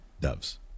doves